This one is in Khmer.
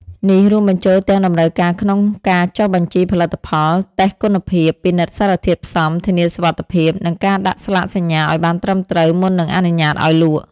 នេះរួមបញ្ចូលទាំងតម្រូវការក្នុងការចុះបញ្ជីផលិតផល តេស្តគុណភាព ពិនិត្យសារធាតុផ្សំ ធានាសុវត្ថិភាព និងការដាក់ស្លាកសញ្ញាឲ្យបានត្រឹមត្រូវ មុននឹងអនុញ្ញាតឲ្យលក់។